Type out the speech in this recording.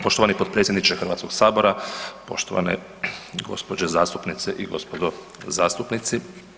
Poštovani potpredsjedniče Hrvatskog sabora, poštovane gđe. zastupnice i gospodo zastupnici.